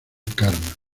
karma